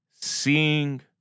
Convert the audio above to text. seeing